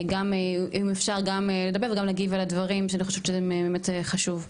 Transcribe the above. גם אם אפשר גם לדבר וגם להגיב על הדברים שאני חושבת שזה באמת חשוב.